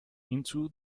into